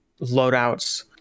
loadouts